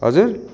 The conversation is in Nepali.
हजुर